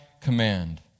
command